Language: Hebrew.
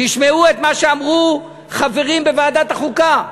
תשמעו את מה שאמרו חברים בוועדת החוקה: